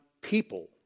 people